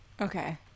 Okay